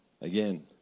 again